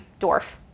dwarf